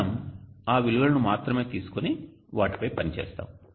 మనము ఆ విలువలను మాత్రమే తీసుకొని వాటిపై పని చేస్తాము